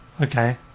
Okay